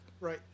Right